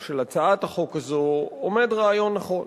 או של הצעת החוק הזאת עומד רעיון נכון.